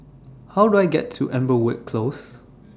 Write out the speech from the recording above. How Do I get to Amberwood Close